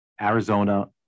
Arizona